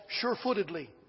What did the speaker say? sure-footedly